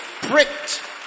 pricked